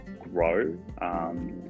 grow